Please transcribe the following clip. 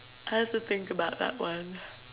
I have to think about that one